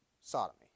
Sodomy